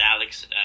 Alex